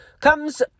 comes